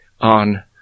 on